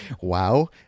wow